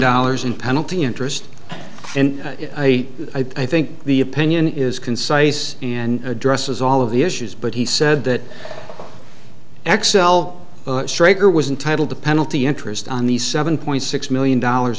dollars in penalty interest and i think the opinion is concise and addresses all of the issues but he said that xcel straker was entitled the penalty interest on the seven point six million dollars